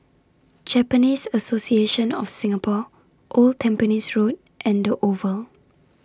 Japanese Association of Singapore Old Tampines Road and The Oval